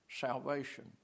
salvation